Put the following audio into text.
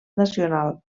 nacional